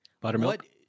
Buttermilk